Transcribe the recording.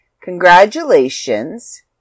congratulations